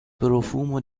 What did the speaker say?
profumo